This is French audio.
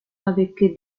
avec